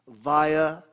via